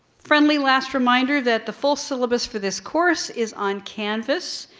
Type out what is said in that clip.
friendly last reminder that the full syllabus for this course is on canvass,